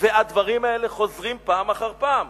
והדברים האלה חוזרים פעם אחר פעם.